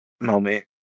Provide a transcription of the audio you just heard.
moment